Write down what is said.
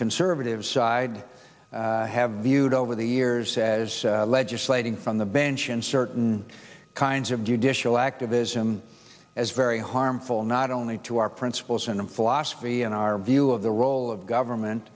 conservative side have viewed over the years as legislating from the bench and certain kinds of judicial activism as very harmful not only to our principles and philosophy and our view of the role of government